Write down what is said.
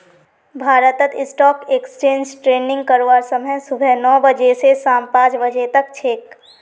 भारतत stock exchange trading करवार समय सुबह नौ बजे स शाम पांच बजे तक छेक